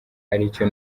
aricyo